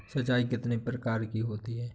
सिंचाई कितनी प्रकार की होती हैं?